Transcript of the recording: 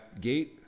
gate